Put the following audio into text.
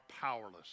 powerless